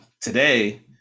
today